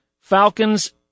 Falcons